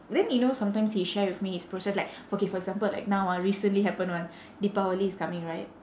then you know sometimes he share with me his process like okay for example like now ah recently happen [one] deepavali is coming right